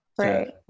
right